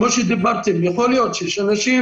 מה שדיברתם: יכול להיות שיש אנשים